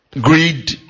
greed